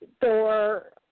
door